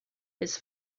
his